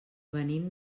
venim